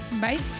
Bye